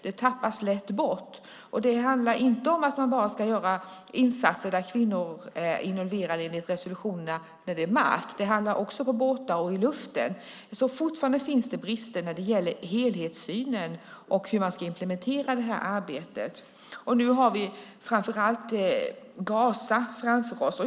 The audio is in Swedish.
Den tappas lätt bort. Det handlar inte om att man bara ska göra insatser där kvinnor är involverade i resolutionerna när det är på marken. Det handlar också om båtar och luften. Fortfarande finns det brister när det gäller helhetssynen och hur man ska implementera det här arbetet. Nu har vi framför allt Gaza framför oss.